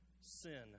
sin